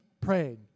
praying